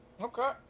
Okay